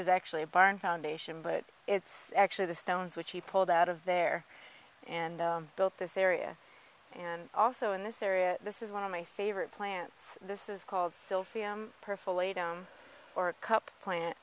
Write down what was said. is actually a barn foundation but it's actually the stones which he pulled out of there and built this area and also in this area this is one of my favorite plants this is called